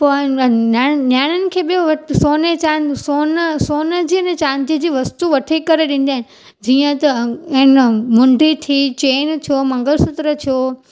पोइ एन नि निया नियाणियुनि खे ॿियो व सोन ऐं चां सोन सोन जी ने चांदी जी वस्तू वठी करे ॾींदा आहिनि जीअं त एन मुंडी थी चेन थियो मंगल सूत्र थियो